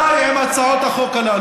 די עם הצעות החוק הללו.